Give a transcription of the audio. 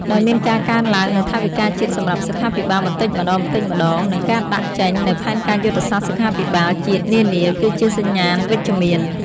ដោយមានការកើនឡើងនូវថវិកាជាតិសម្រាប់សុខាភិបាលបន្តិចម្តងៗ និងការដាក់ចេញនូវផែនការយុទ្ធសាស្ត្រសុខាភិបាលជាតិនានា គឺជាសញ្ញាណវិជ្ជមាន។